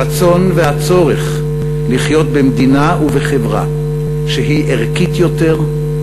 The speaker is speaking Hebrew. הרצון והצורך לחיות במדינה ובחברה שהיא ערכית יותר,